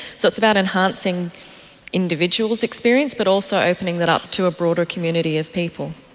so it's about enhancing individuals' experience but also opening that up to a broader community of people.